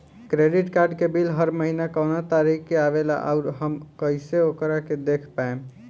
Credit card के bill हर महीना कौना तारीक के आवेला और आउर हम कइसे ओकरा के देख पाएम?